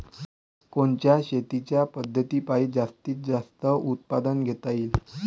कोनच्या शेतीच्या पद्धतीपायी जास्तीत जास्त उत्पादन घेता येईल?